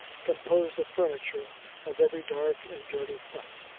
composed the furniture of every dark and dirty hut.